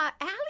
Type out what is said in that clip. Allie